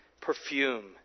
perfume